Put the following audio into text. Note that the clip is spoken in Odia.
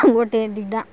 ଗୋଟେ ଦୁଇ ଟା